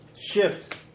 Shift